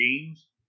games